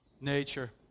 Nature